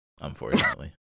unfortunately